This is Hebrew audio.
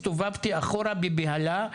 הסתובבתי אחורה בבהלה.